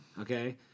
Okay